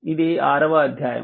ఇది 6 వ అధ్యాయం